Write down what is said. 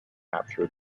recapture